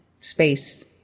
space